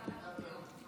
אני רוצה להרגיע אותך,